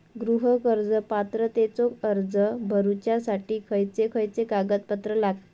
गृह कर्ज पात्रतेचो अर्ज भरुच्यासाठी खयचे खयचे कागदपत्र लागतत?